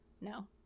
no